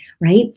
right